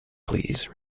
please